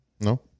No